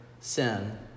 sin